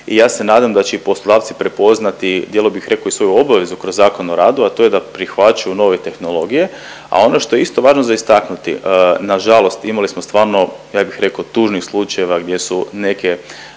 i ja se nadam da će i poslodavci prepoznati dijelom bih rekao i svoju obavezu kroz Zakon o radu, a to je da prihvaćaju nove tehnologije, a ono što je isto važno za istaknuti, nažalost imali smo stvarno ja bih rekao tužnih slučajeva gdje su neke